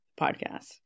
podcast